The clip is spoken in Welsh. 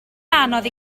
anodd